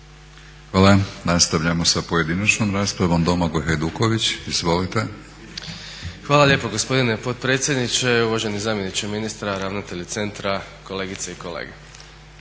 Hvala. Nastavljamo sa pojedinačnom raspravom. Domagoj Hajduković. Izvolite. **Hajduković, Domagoj (SDP)** Hvala lijepo gospodine potpredsjedniče. Uvaženi zamjeniče ministra, ravnatelju centra, kolegice i kolege.